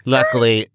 Luckily